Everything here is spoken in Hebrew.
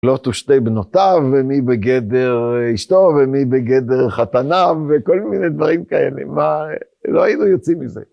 לא תשתה בנותיו, ומי בגדר אשתו, ומי בגדר חתניו, וכל מיני דברים כאלה, מה... לא היינו יוצאים מזה.